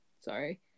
Sorry